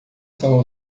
são